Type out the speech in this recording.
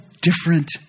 different